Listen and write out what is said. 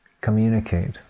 Communicate